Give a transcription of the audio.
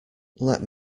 let